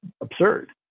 absurd